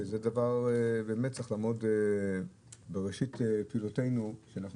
שזה דבר שבאמת צריך לעמוד בראשית פעילותנו כשאנחנו